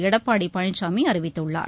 எடப்பாடி பழனிசாமி அறிவித்துள்ளார்